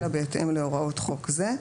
אלא בהתאם להוראות חוק זה".